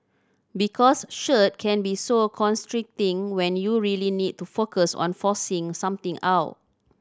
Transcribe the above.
because shirt can be so constricting when you really need to focus on forcing something out